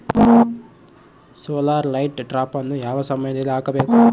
Solar light ಟ್ರಾಪನ್ನು ಯಾವ ಸಮಯದಲ್ಲಿ ಹಾಕಬೇಕು?